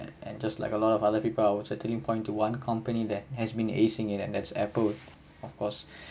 and just like a lot of other people I was settling point to one company that has been acing it and that's apple of course